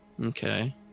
Okay